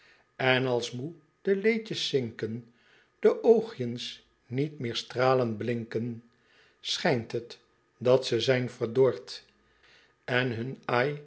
en als moe de leedjens zinken de oogjens niet meer stralend blinken schijnt het dat ze zijn verdord en hun